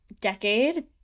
decade